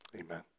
amen